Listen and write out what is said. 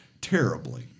terribly